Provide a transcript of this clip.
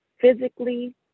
physically